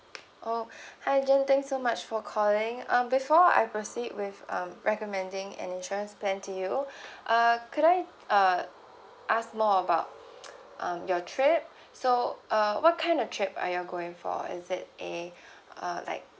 oh oh hi jen thanks so much for calling um before I proceed with um recommending an insurance plan to you uh could I uh ask more about um your trip so uh what kind of trip are you going for is it a uh like